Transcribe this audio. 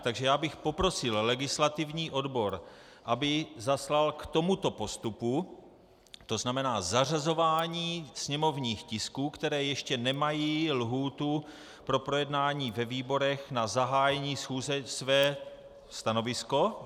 Takže já bych poprosil legislativní odbor, aby zaslal k tomuto postupu, tzn. zařazování sněmovních tisků, které ještě nemají lhůtu pro projednání ve výborech, na zahájení schůze své stanovisko.